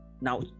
now